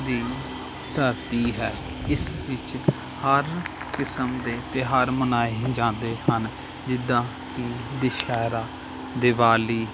ਦੀ ਧਰਤੀ ਹੈ ਇਸ ਵਿੱਚ ਹਰ ਕਿਸਮ ਦੇ ਤਿਉਹਾਰ ਮਨਾਏ ਜਾਂਦੇ ਹਨ ਜਿੱਦਾਂ ਕਿ ਦੁਸ਼ਹਿਰਾ ਦੀਵਾਲੀ